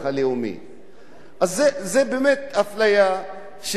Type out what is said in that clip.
זו באמת אפליה לא מוצדקת.